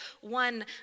one